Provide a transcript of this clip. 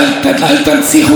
איזו בושה יש בחוק הלאום?